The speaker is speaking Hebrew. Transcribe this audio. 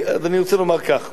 אני רוצה לומר כך: